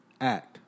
Act